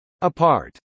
apart